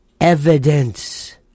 evidence